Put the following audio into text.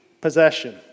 possession